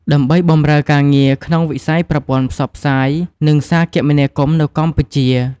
ដើម្បីបម្រើការងារក្នុងវិស័យប្រព័ន្ធផ្សព្វផ្សាយ និងសារគមនាគមន៍នៅកម្ពុជា។